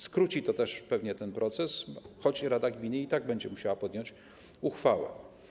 Skróci to też pewnie ten proces, choć rada gminy i tak będzie musiała podjąć uchwałę.